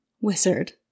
wizard